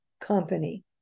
company